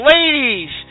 Ladies